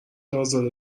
ازاده